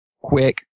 quick